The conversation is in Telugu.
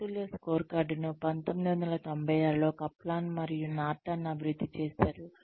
సమతుల్య స్కోర్కార్డ్ను 1996 లో కప్లాన్ మరియు నార్టన్ అభివృద్ధి చేశారు